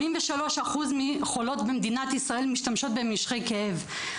83% מהחולות במדינת ישראל משתמשות במשככי כאבים.